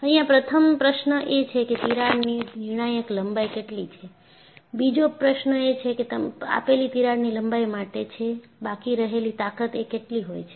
અહિયાં પ્રથમ પ્રશ્ન એ છે કેતિરાડની નિર્ણાયક લંબાઈ કેટલી છે બીજો પ્રશ્ન એ છે કે આપેલી તિરાડની લંબાઈ માટે છે બાકી રહેલી તાકત એ કેટલી હોય છે